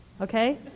okay